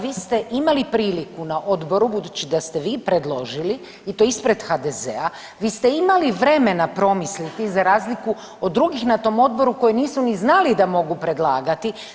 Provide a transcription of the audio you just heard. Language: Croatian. Vi ste imali priliku na Odboru budući da ste vi predložili i to ispred HDZ-a vi ste imali vremena promisliti za razliku od drugih na tom Odboru koji nisu niti znali da mogu predlagati.